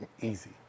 easy